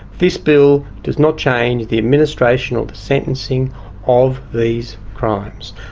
this bill does not change the administration or the sentencing of these crimes,